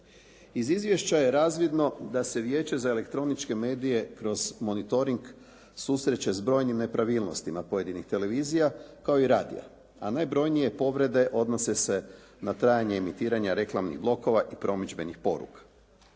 Iz izvješća je razvidno da se Vijeće za elektroničke medije kroz monitoring susreće s brojnim nepravilnostima pojedinih televizija kao i radija, a najbrojnije povrede odnose se na trajanje emitiranja reklamnih blokova i promidžbenih poruka.